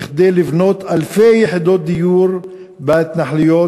כדי לבנות אלפי יחידות דיור בהתנחלויות,